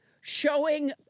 showing